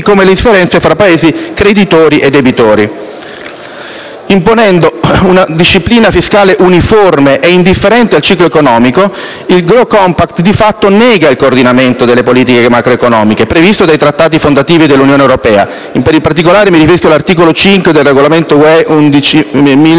come le differenze fra Paesi creditori e debitori. Imponendo una disciplina fiscale uniforme e indifferente al ciclo economico, il *growth compact* di fatto nega il coordinamento delle politiche macroeconomiche previsto dai trattati fondativi dell'Unione europea (in particolare, l'articolo 5 del regolamento